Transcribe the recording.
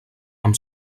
amb